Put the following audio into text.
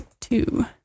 two